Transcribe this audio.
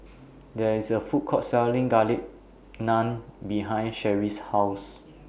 There IS A Food Court Selling Garlic Naan behind Sherri's House